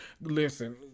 listen